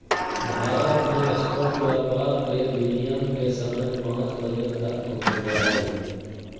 भारत मे स्टॉक व्यापार के विनियम के समय पांच बजे ख़त्म हो जा हय